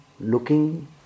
looking